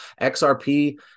xrp